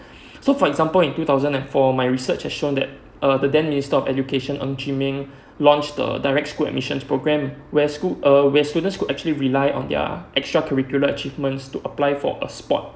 so for example in two thousand and four my research has shown that uh the then minister of education ng-chee-meng launched the direct school admission program where school uh where students could actually rely on their extra curricular achievements to apply for a spot